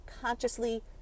consciously